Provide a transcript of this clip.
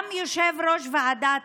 גם יושב-ראש הוועדה